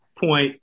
point